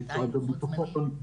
למשרד הביטחון,